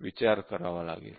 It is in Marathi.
विचार करावा लागेल